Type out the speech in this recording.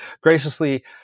graciously